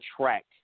track